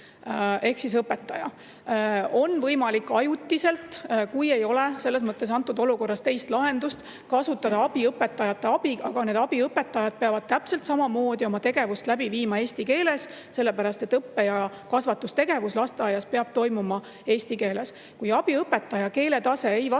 ehk siis õpetaja. On võimalik ajutiselt, kui ei ole selles olukorras teist lahendust, kasutada abiõpetajate abi, aga need abiõpetajad peavad täpselt samamoodi oma tegevust läbi viima eesti keeles, sellepärast et õppe- ja kasvatustegevus lasteaias peab toimuma eesti keeles. Kui abiõpetaja keeletase ei vasta